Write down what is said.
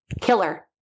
killer